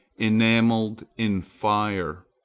enamelled in fire,